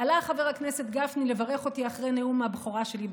עלה חבר הכנסת גפני לברך אותי אחרי נאום הבכורה שלי בכנסת.